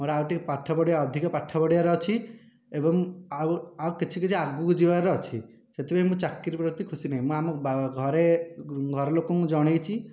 ମୋ'ର ଆଉ ଟିକିଏ ପାଠ ଅଧିକ ପାଠ ପଢ଼ିବାର ଅଛି ଏବଂ ଆଉ ଆଉ କିଛି କିଛି ଆଗକୁ ଯିବାର ଅଛି ସେଥିପାଇଁ ମୁଁ ଚାକିରି ପ୍ରତି ଖୁସି ନାହିଁ ମୁଁ ଆମ ବା ଘରେ ଘର ଲୋକଙ୍କୁ ଜଣାଇଛି